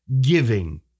giving